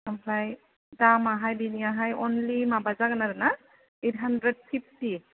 आमफ्राय दामाहाय बिनियाहाय अनलि माबा जागोन आरोना ओइट हाण्ड्रेड फिफटि